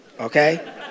okay